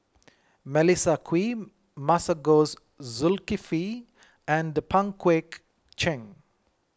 Melissa Kwee Masagos Zulkifli and Pang Guek Cheng